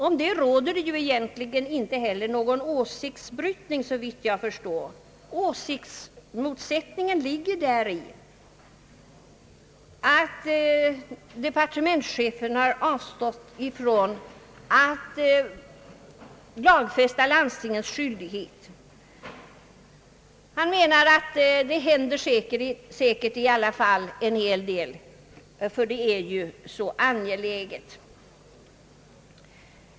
Om den saken bryter sig inte heller meningarna, såvitt jag förstår. Åsiktsmotsättningen ligger däri att departementschefen har avstått från att lagfästa landstingens skyldighet. Departementschefen menar att det i alla fall händer en hel del, ty det är ju så angeläget.